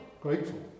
Grateful